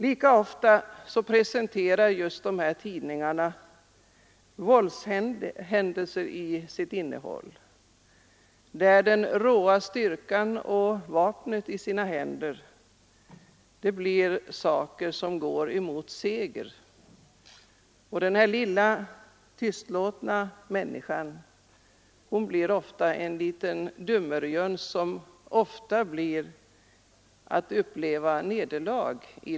Lika ofta är innehållet i dessa tidningar våldshändelser, där den råa styrkan och vapnen går mot seger och den lilla, tystlåtna människan blir till en dummerjöns som lider nederlag.